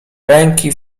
ręki